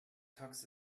tux